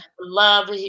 love